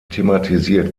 thematisiert